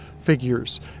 figures